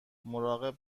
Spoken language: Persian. مراقب